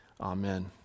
Amen